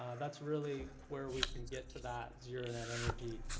that's really where we can get to that zero net energy